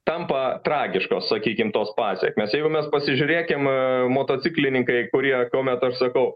tampa tragiškos sakykim tos pasekmės jeigu mes pasižiūrėkim motociklininkai kurie kuomet aš sakau